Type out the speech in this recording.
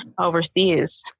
overseas